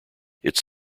its